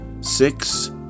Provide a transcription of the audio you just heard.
six